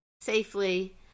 safely